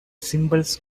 symbols